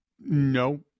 No